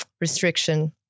restriction